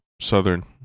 southern